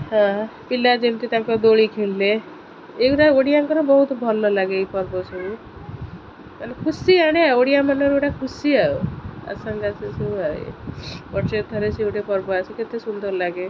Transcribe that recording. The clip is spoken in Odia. ହଁ ପିଲା ଯେମିତି ତାଙ୍କ ଦୋଳି ଖେଳିଲେ ଏଗୁଡ଼ା ଓଡ଼ିଆଙ୍କର ବହୁତ ଭଲ ଲାଗେ ଏଇ ପର୍ବ ସବୁ ମାନେ ଖୁସି ଆଣେ ଓଡ଼ିଆ ମାନଙ୍କର ଗୁଡ଼ାକ ଖୁସି ଆଉ ସବୁ ଆଉ ବର୍ଷେ ଥରେ ସେ ଗୋଟେ ପର୍ବ ଆସେ କେତେ ସୁନ୍ଦର ଲାଗେ